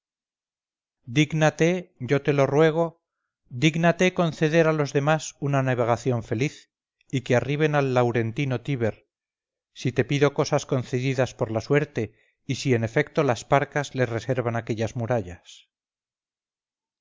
dígnate yo te lo ruego dígnate conceder a los demás una navegación feliz y que arriben al laurentino tíber si te pido cosas concedidas por la suerte y si en efecto las parcas les reservan aquellas murallas